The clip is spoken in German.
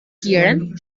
tieren